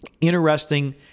Interesting